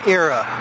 era